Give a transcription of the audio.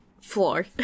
Floor